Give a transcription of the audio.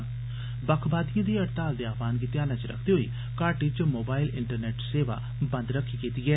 बक्खवादिएं दे हड़ताल दे आह्वान गी ध्यानै च रखदे होई घाटी च मोबाइल इंटरनेट सेवा बंद कीती गेदी ऐ